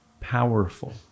powerful